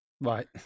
right